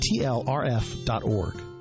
tlrf.org